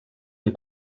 han